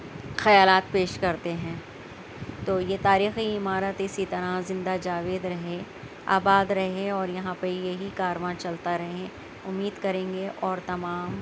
خیالات پیش کرتے ہیں تو یہ تاریخی عمارت اِسی طرح زندہ جاوید رہے آباد رہے اور یہاں پہ یہی کارواں چلتا رہے اُمید کریں گے اور تمام